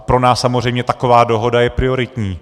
Pro nás samozřejmě taková dohoda je prioritní.